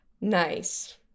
nice